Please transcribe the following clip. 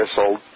sold